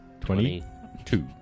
Twenty-two